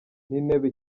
n’intebe